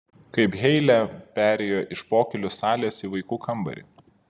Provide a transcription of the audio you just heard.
kaip heile perėjo iš pokylių salės į vaikų kambarį